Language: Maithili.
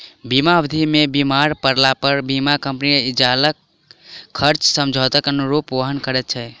बीमा अवधि मे बीमार पड़लापर बीमा कम्पनी इलाजक खर्च समझौताक अनुरूप वहन करैत छै